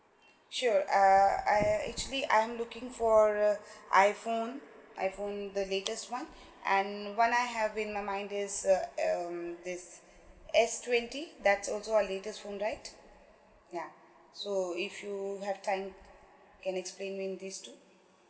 sure uh I actually I'm looking for a iPhone iPhone the latest one and what I have in my mind is uh um this S twenty that's also a latest phone right yeah so if you have time can explain me these two